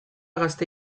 gazte